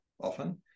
often